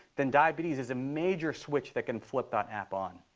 then diabetes is a major switch that can flip that app on.